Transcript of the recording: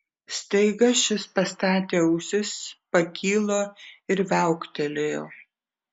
staiga šis pastatė ausis pakilo ir viauktelėjo